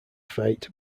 fate